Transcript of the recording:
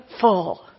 full